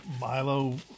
Milo